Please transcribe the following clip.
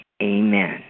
Amen